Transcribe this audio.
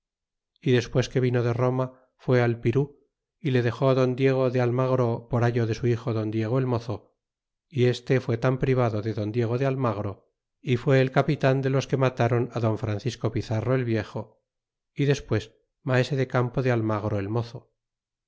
y despues que vino de roma fue al pirú y le dexo don diego de almagro por ayo de su hijo don diego el mozo y este fue tan privado de don diego de almagro fue el capitan de los que matron don francisco pizarro el viejo y despues maese de campo de almagro el mozo